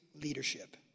leadership